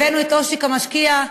הבאנו את אושיק המשקיע,